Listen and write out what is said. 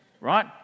right